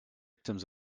victims